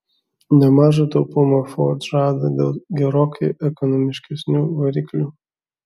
nemažą taupumą ford žada dėl gerokai ekonomiškesnių variklių